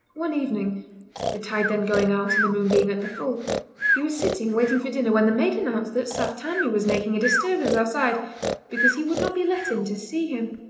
one evening the tide then going out and the moon being at the full he was sitting waiting for dinner when the maid announced that saft tammie was making a disturbance outside because he would not be let in to see him.